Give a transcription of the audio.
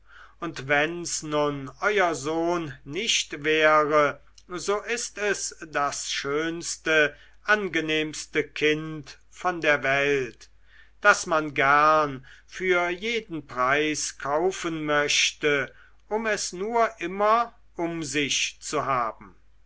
und wenn's nun euer sohn nicht wäre so ist es das schönste angenehmste kind von der welt das man gern für jeden preis kaufen möchte um es nur immer um sich zu haben